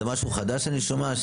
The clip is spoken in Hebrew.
זה משהו חדש שאני שומע,